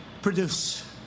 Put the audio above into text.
Produce